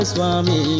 Swami